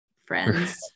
friends